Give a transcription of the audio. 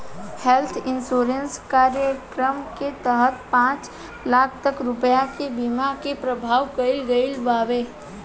health insurance कार्यक्रम के तहत पांच लाख तक रुपिया के बीमा के प्रावधान कईल गईल बावे